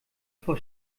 vor